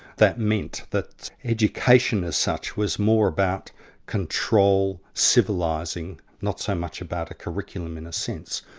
that meant that education as such was more about control, civilising, not so much about a curriculum in a sense.